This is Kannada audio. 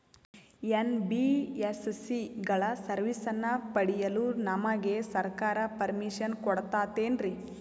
ಎನ್.ಬಿ.ಎಸ್.ಸಿ ಗಳ ಸರ್ವಿಸನ್ನ ಪಡಿಯಲು ನಮಗೆ ಸರ್ಕಾರ ಪರ್ಮಿಷನ್ ಕೊಡ್ತಾತೇನ್ರೀ?